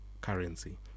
currency